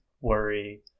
worry